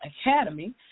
Academy